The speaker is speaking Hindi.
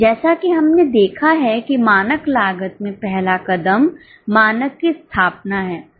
जैसा कि हमने देखा है कि मानक लागत में पहला कदम मानक की स्थापना है